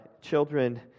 children